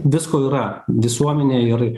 visko yra visuomenėj ir